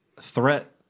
Threat